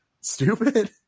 stupid